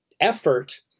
effort